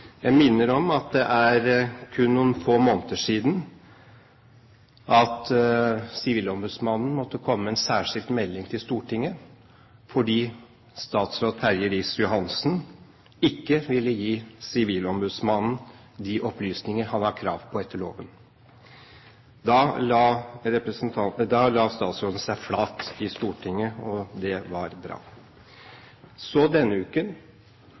Jeg minner om at det er kun noen få måneder siden Sivilombudsmannen måtte komme med en særskilt melding til Stortinget fordi statsråd Terje Riis-Johansen ikke ville gi Sivilombudsmannen de opplysninger han har krav på etter loven. Da la statsråden seg flat i Stortinget, og det var bra. Så, denne uken,